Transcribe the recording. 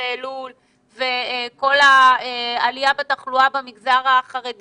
באלול וכל העלייה בתחלואה במגזר החרדי